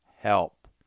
help